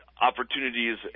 opportunities